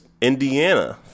Indiana